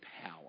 power